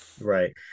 Right